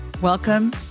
Welcome